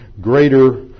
greater